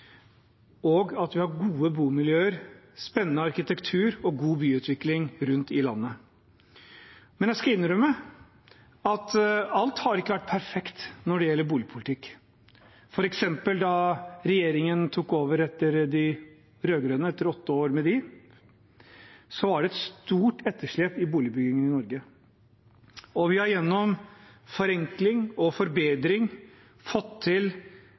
og at vi har gode bomiljøer, spennende arkitektur og god byutvikling rundt i landet. Men jeg skal innrømme at alt har ikke vært perfekt når det gjelder boligpolitikk, f.eks. da regjeringen tok over etter de rød-grønne – etter åtte år med dem – var det et stort etterslep i boligbyggingen i Norge. Vi har gjennom forenkling og forbedring fått til